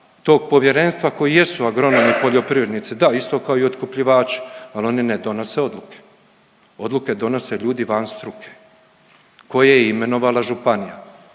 tog Povjerenstva koje jesu agronomi i poljoprivrednici. Da, isto tako i otkupljivači, ali oni ne donose odluke. Odluke donose ljudi van struke koje je imenovala županija